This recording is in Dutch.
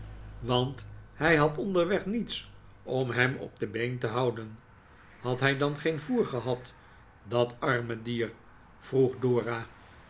want hij had onderweg niets om hem op de been te houden had hij dan geen voer gehad dat arme dier vroeg dora